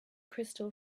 crystal